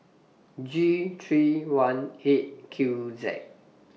G three one eight Q Z